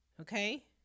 Okay